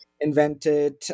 invented